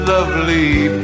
Lovely